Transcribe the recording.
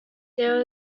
there